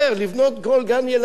לבנות כל גן-ילדים,